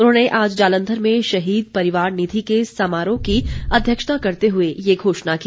उन्होंने आज जालंधर में शहीद परिवार निधि के समारोह की अध्यक्षता करते हुए ये घोषणा की